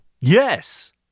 Yes